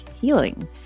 healing